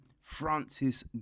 Francis